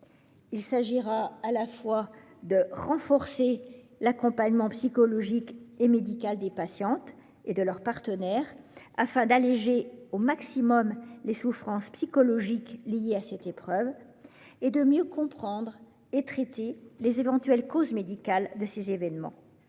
Il s'agira, à la fois, de renforcer l'accompagnement psychologique et médical des patientes et de leurs partenaires afin d'alléger au maximum les souffrances psychologiques liées à cette épreuve, et de mieux comprendre et traiter les éventuelles causes médicales des fausses